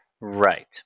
right